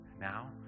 now